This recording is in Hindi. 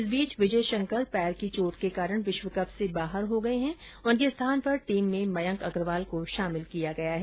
इस बीच विजय शंकर पैर की चोट के कारण विश्व कप से बाहर हो गए हैं उनके स्थान पर टीम में मयंक अग्रवाल को शामिल किया गया है